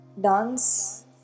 dance